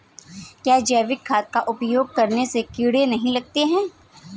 क्या जैविक खाद का उपयोग करने से कीड़े नहीं लगते हैं?